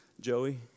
Joey